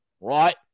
Right